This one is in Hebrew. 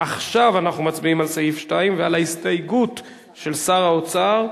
עכשיו אנחנו מצביעים על סעיף 2 ועל ההסתייגות של שר האוצר.